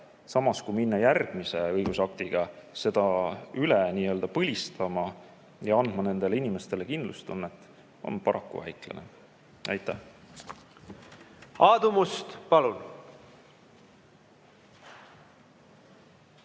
samas minna järgmise õigusaktiga seda nii-öelda üle põlistama ja andma nendele inimestele kindlustunnet on paraku väiklane. Aitäh! Aadu Must, palun!